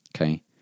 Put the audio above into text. Okay